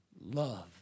Love